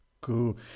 Cool